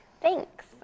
Thanks